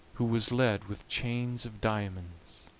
who was led with chains of diamonds.